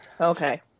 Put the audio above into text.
okay